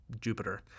Jupiter